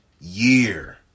year